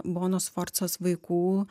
bonos sforcos vaikų